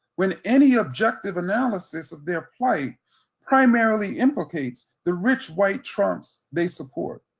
when any objective analysis of their plight primarily implicates the rich white trumps they support.